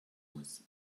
muss